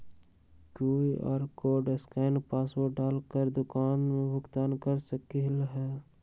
QR code scan password डाल कर दुकान में भुगतान कर सकलीहल?